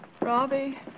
Robbie